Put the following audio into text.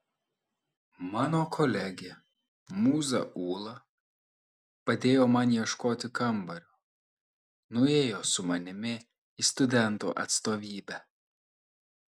mano kolegė mūza ūla padėjo man ieškoti kambario nuėjo su manimi į studentų atstovybę